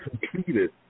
completed